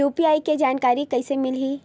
UPI के जानकारी कइसे मिलही?